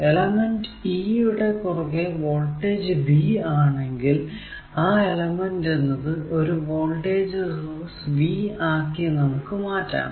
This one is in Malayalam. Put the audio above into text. എലമെന്റ് E യുടെ കുറുകെ വോൾടേജ് V ആണെങ്കിൽ ആ എലമെന്റ് എന്നത് ഒരു വോൾടേജ് സോഴ്സ് V ആക്കി നമുക്ക് മാറ്റാം